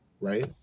right